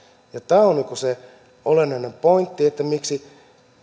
kilpailijamaat tekevät tämä on se olennainen pointti miksi